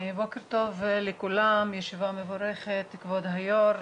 בוקר טוב לכולם, ישיבה מבורכת, כבוד היושב ראש,